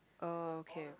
uh okay